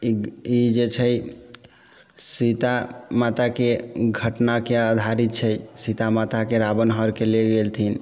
ई जे छै सीता माताके घटनाके आधारित छै सीता माताके रावण हरिके ले गेलथिन